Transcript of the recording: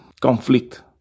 Conflict